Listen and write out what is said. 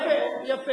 יפה.